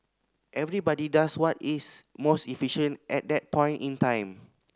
everybody does what is most efficient at that point in time